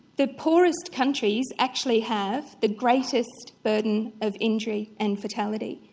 the poorest countries actually have the greatest burden of injury and fatality.